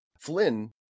Flynn